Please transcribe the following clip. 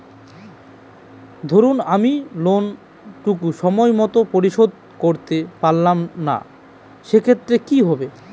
ধরুন আমি লোন টুকু সময় মত পরিশোধ করতে পারলাম না সেক্ষেত্রে কি হবে?